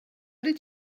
did